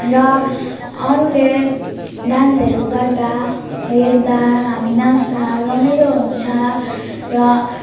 र अरूले डान्सहरू गर्दा हेर्दा हामी नाच्दा रमाइलो हुन्छ र